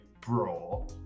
bro